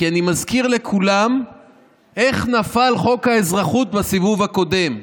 כי אני מזכיר לכולם איך נפל חוק האזרחות בסיבוב הקודם.